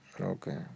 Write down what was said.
Okay